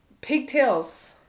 Pigtails